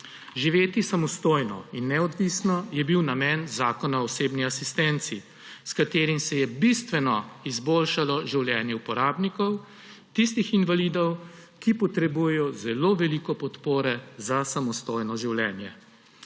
Živeti samostojno in neodvisno je bil namen Zakona o osebni asistenci, s katerim se je bistveno izboljšalo življenje uporabnikov, tistih invalidov, ki potrebujejo zelo veliko podpore za samostojno življenje.